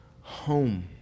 home